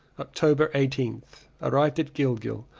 october eighteenth. arrived at gilgil,